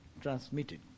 transmitted